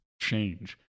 change